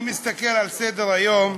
אני מסתכל על סדר-היום,